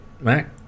Mac